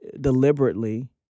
deliberately